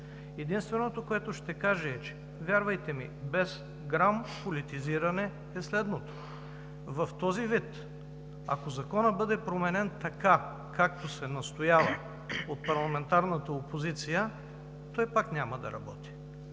Единственото, което ще кажа, вярвайте ми – без грам политизиране, е следното. В този ѝ вид, ако Законът бъде променен така, както се настоява от парламентарната опозиция, той пак няма да работи.